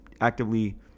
actively